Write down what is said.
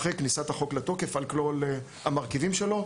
אחרי כניסת החוק לתוקף על כלל המרכיבים שלו,